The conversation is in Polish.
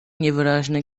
niewyraźny